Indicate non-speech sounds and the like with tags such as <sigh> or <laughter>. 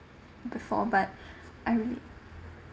before but <breath> I really